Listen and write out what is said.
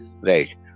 right